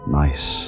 nice